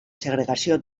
segregació